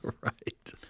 Right